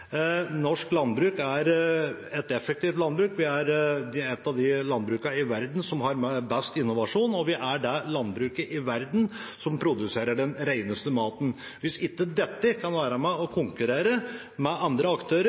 Norsk landbruk er et effektivt landbruk, vi er et av de landbrukene i verden som har best innovasjon, og vi er det landbruket i verden som produserer den reneste maten. Hvis ikke dette kan være med og konkurrere med andre aktører,